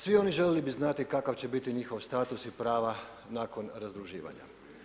Svi oni željeli bi znati kakav će biti njihov status i prava nakon razdruživanja.